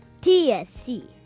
TSC